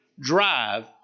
drive